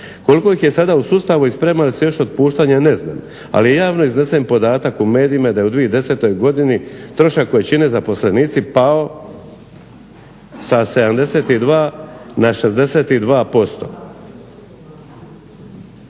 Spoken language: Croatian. Koliko ih je sada u sustavu i sprema li se još otpuštanje ne znam, ali je javno iznesen podatak u medijima da je u 2010. godini trošak koji čine zaposlenici pao sa 72 na 62%.